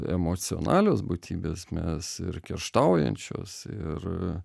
emocionalios būtybės mes ir kerštaujančios ir